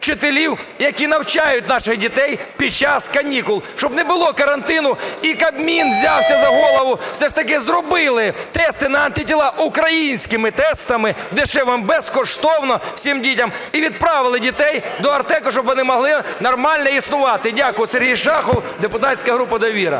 які навчають наших дітей під час канікул. Щоб не було карантину і Кабмін взявся за голову, все ж таки зробили тести на антитіла, українськими тестами дешевими безкоштовно всім дітям і відправили дітей до "Артеку", щоб вони могли нормально існувати. Дякую. Сергій Шахов, депутатська група "Довіра".